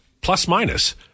plus-minus